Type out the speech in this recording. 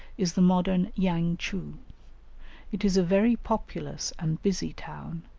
is the modern yang-tchou it is a very populous and busy town,